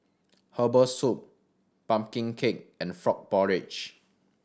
herbal soup pumpkin cake and frog porridge